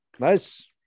Nice